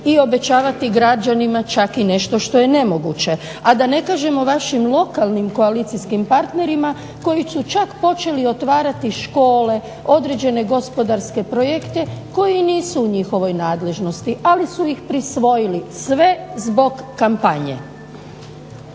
i obećavati građanima čak i nešto što je nemoguće. A da ne kažem o vašim lokalnim koalicijskim partnerima koji su čak počeli otvarati škole, određene gospodarske projekte koji nisu u njihovoj nadležnosti, ali su ih prisvojili, sve zbog kampanje.